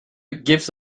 gifts